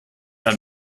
ein